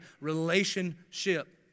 relationship